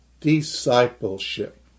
discipleship